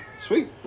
Sweet